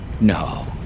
No